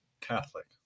Catholic